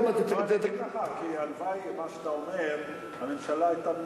אגיד לך: הלוואי שאת מה שאתה אומר הממשלה היתה מיישמת.